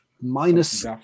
minus